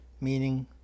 meaning